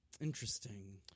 Interesting